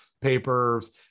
papers